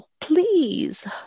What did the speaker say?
please